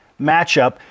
matchup